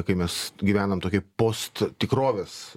kai mes gyvenam tokioj posttikrovės